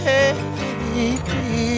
Baby